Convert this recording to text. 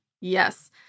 Yes